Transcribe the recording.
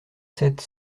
sept